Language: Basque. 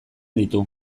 ditu